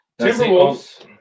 Timberwolves